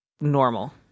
normal